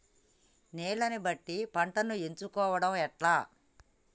నీళ్లని బట్టి పంటను ఎంచుకోవడం ఎట్లా?